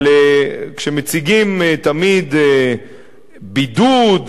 אבל כשמציגים תמיד בידוד,